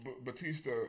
Batista